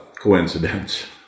coincidence